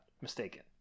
Mistaken